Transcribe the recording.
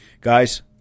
Guys